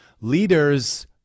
leaders